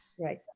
Right